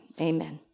amen